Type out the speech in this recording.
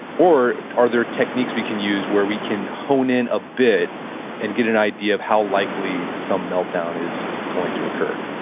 or are there techniques we can use where we can hone in a bit and get an idea of how likely some meltdown is going to occur?